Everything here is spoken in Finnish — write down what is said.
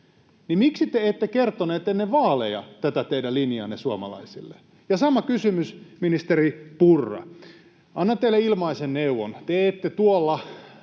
niin miksi te ette kertoneet ennen vaaleja tätä teidän linjaanne suomalaisille? Ja sama kysymys ministeri Purralle. Annan teille ilmaisen neuvon, että tuolla,